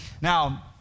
Now